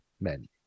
men